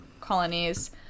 colonies